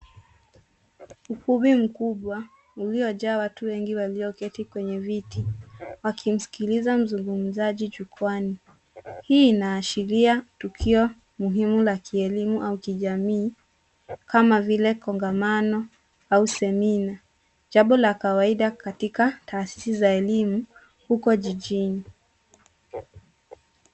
Ukumbi mkubwa uliojaa watu wengi kwenye walio keti kwenye viti wakimsikiliza mzungumzaji jukwani. Hii inaashiria tukio muhimu la kielimu au kijamii kama vile kongamano au semina. Jambo la kawaida katika taasisi za elimu huko jijini.